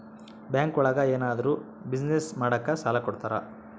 bank ಒಳಗ ಏನಾದ್ರೂ business ಮಾಡಾಕ ಸಾಲ ಕೊಡ್ತಾರ